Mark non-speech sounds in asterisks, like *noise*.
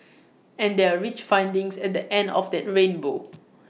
*noise* and there are rich findings at the end of that rainbow